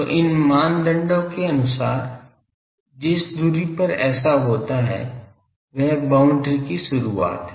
तो इन मानदंडों के अनुसार जिस दूरी पर ऐसा होता है वह बाउंड्री की शुरुआत है